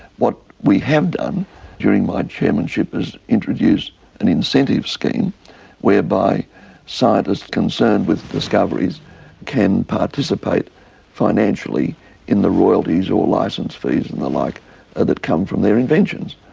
what we have done during my chairmanship is introduce an incentive scheme whereby scientists concerned with discoveries can participate financially in the royalties or licence fees and the like that come from their inventions.